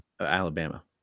Alabama